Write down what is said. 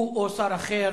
הוא או שר אחר